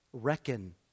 reckon